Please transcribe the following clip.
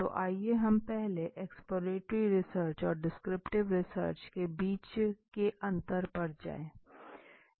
तो आइए हम पहले एक्सप्लोरेटरी रिसर्च और डिस्क्रिप्टिव रिसर्च के बीच के अंतर पर जाएं